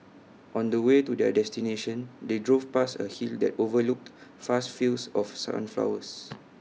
on the way to their destination they drove past A hill that overlooked vast fields of sunflowers